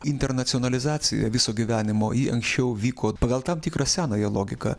internacionalizacija viso gyvenimo ji anksčiau vyko pagal tam tikrą senąją logiką